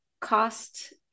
cost